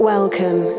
Welcome